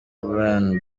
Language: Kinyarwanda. brian